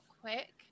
quick